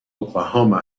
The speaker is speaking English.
oklahoma